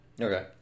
Okay